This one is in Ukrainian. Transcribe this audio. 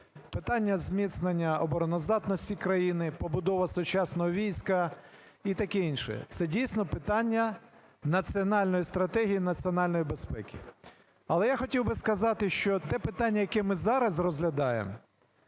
Питання зміцнення обороноздатності країни, побудова сучасного війська і таке інше – це дійсно питання національної стратегії, національної безпеки. Але я хотів би сказати, що те питання, яке ми зараз розглядаємо,